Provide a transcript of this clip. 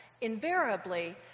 invariably